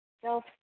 self